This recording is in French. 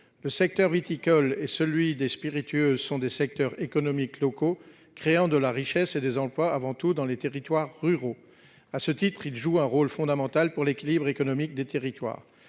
Le secteur viticole et celui des spiritueux sont des secteurs économiques locaux créant de la richesse et des emplois avant tout dans les territoires ruraux. À ce titre, ils jouent un rôle fondamental pour l'équilibre économique des territoires.